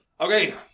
Okay